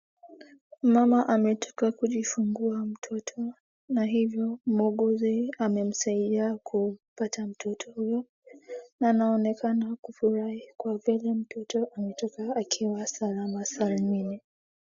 Mama ametoka kujifungua mtoto na hivyo muuguzi amemsaidia kupata mtoto huyo na anaonekana kufurahi kwa vile mtoto ametoka akiwa salama salmini.